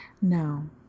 no